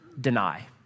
deny